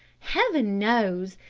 heaven knows.